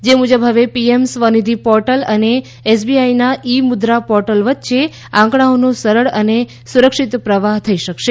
જે મૂજબ હવે પીએમ સ્વનિધિ પોર્ટલ અને એસબીઆઇના ઇ મુદ્દા પોર્ટલ વચ્ચે આંકડાઓનો સરળ અને સુરક્ષિત પ્રવાહ થઇ શકશે